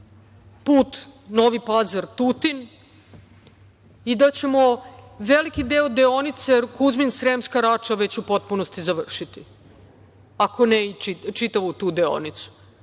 put Novi Pazar – Tutin i da ćemo veliki deo deonice Kuzmin – Sremska Rača već u potpunosti završiti, ako ne i čitavu tu deonicu. To